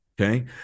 Okay